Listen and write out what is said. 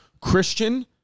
Christian